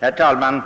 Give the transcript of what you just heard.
Herr talman!